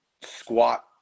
squat